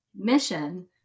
mission